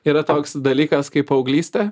yra toks dalykas kaip paauglystė